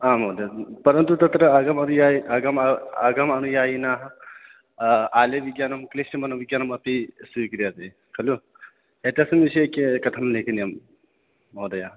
आं महोदय परन्तु तत्र आगम अनुयायी आगम् आगम अनुयायिना आलयविज्ञानं क्लिष्टं मनोविज्ञानम् अपि स्वीक्रियते खलु एतस्मिन् विषये के कथं लेखनीयं महोदय